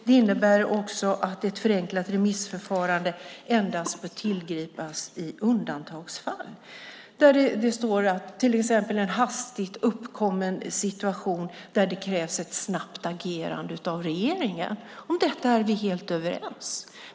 Det innebär också att ett förenklat remissförfarande endast bör tillgripas i undantagsfall, till exempel i en hastigt uppkommen situation där det krävs ett snabbt agerande av regeringen. Om detta är vi helt överens.